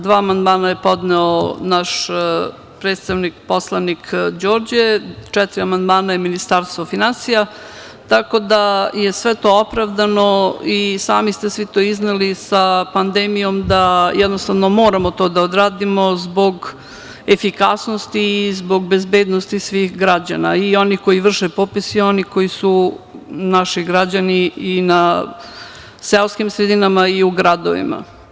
Dva amandman je podneo naš predstavnik poslanik Đorđe, četiri amandmana Ministarstvo finansija, tako da je sve to opravdano, i sami ste svi to izneli, sa pandemijom, da jednostavno moramo to da odradimo zbog efikasnosti i zbog bezbednosti svih građana, i onih koji vrše popis i onih koji su naši građani i u seoskim sredinama i u gradovima.